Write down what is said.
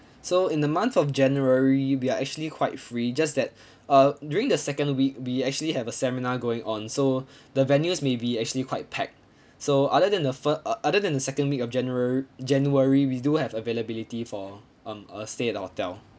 so in the month of january we are actually quite free just that uh during the second week we actually have a seminar going on so the venues may be actually quite packed so other than the fir~ uh other than the second week of januar~ january we do have availability for um a stay at the hotel